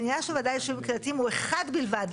בעניין של ועדה ליישובים קהילתיים הוא אחד בלבד: